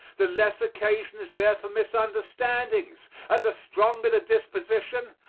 the less occasion is there for misunderstandings, and the stronger the disposition,